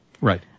Right